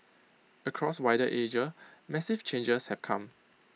across wider Asia massive changes have come